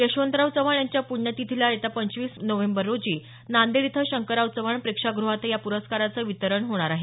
यशवंतराव चव्हाण यांच्या प्ण्यतिथीला येत्या पंचवीस नोव्हेंबर रोजी नांदेड इथं शंकरराव चव्हाण प्रेक्षागृहात या प्रसुकाराचं वितरण होणार आहे